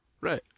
right